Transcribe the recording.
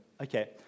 Okay